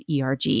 ERG